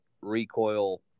recoil